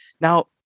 Now